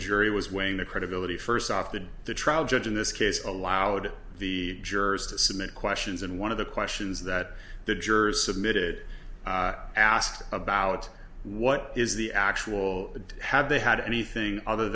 jury was weighing the credibility first off the the trial judge in this case allowed the jurors to submit questions and one of the questions that the jurors submitted asked about what is the actual had they had anything other